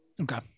Okay